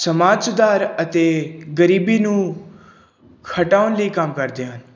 ਸਮਾਜ ਸੁਧਾਰ ਅਤੇ ਗਰੀਬੀ ਨੂੰ ਹਟਾਉਣ ਲਈ ਕੰਮ ਕਰਦੇ ਹਨ